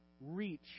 reach